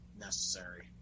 necessary